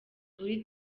kuri